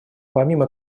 помимо